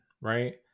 right